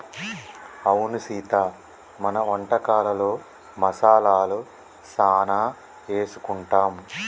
అవును సీత మన వంటకాలలో మసాలాలు సానా ఏసుకుంటాం